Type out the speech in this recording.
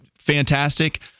fantastic